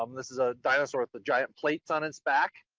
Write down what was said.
um this is a dinosaur with the giant plates on its back.